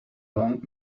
long